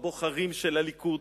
בבוחרים של הליכוד,